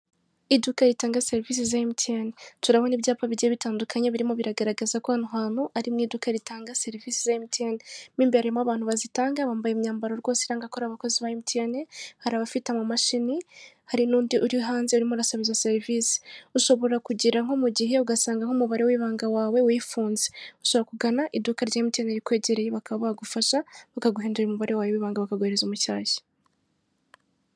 Iduka ritanga serivise za MTN,turabona ibyapa bigiye bitandukanye birimo bigaraza ko hano hantu ari mu iduka ritanga serivise za MTN,mo imbere harimo abantu bazitanga bambaye imyambaro rwose iranga ko ari abakozi ba MTN,hari abafite ama mashine hari n'undi uri hanze urimo urasaba izo serivise. Ushobora kugera nko mugihe ugasanga nk'umubare w'ibanga wawe wifunze, ushobora kugana iduka rya MTN rikwegereye baka bagufasha bakaguhindurira umubare wawe w'ibanga bakaguhereza umushyashya.